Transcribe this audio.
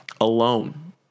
alone